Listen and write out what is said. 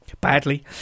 badly